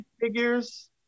figures